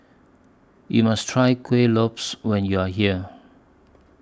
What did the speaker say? YOU must Try Kueh Lopes when YOU Are here